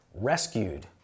rescued